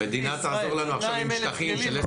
200 אלף כלים בחוץ.